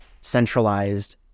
centralized